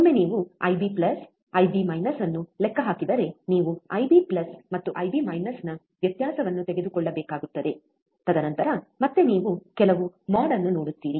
ಒಮ್ಮೆ ನೀವು ಐಬಿIB ಐಬಿ ಅನ್ನು ಲೆಕ್ಕ ಹಾಕಿದರೆ ನೀವು ಐಬಿIB ಮತ್ತು ಐಬಿ ನ ವ್ಯತ್ಯಾಸವನ್ನು ತೆಗೆದುಕೊಳ್ಳಬೇಕಾಗುತ್ತದೆ ತದನಂತರ ಮತ್ತೆ ನೀವು ಕೆಲವು ಮೋಡ್ ಅನ್ನು ನೋಡುತ್ತೀರಿ